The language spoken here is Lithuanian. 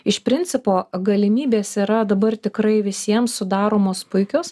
iš principo galimybės yra dabar tikrai visiems sudaromos puikios